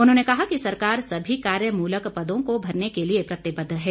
उन्होंने कहा कि सरकार सभी कार्य मूलक पदों को भरने के लिए प्रतिबद्ध है